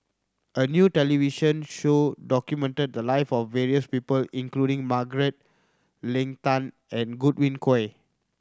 a new television show documented the live of various people including Margaret Leng Tan and Godwin Koay